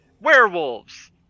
werewolves